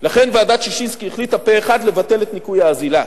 לכן ועדת-ששינסקי החליטה פה-אחד לבטל את ניכוי האזילה,